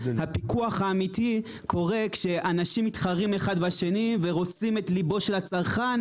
הפיקוח האמיתי קורה כשאנשים מתחרים אחד בשני ורוצים את ליבו של הצרכן,